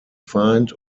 feind